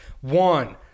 one